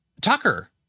Tucker